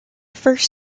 first